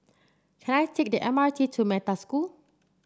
can I take the M R T to Metta School